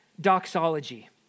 doxology